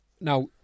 now